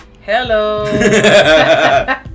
Hello